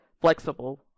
flexible